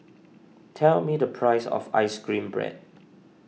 tell me the price of Ice Cream Bread